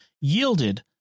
yielded